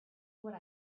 what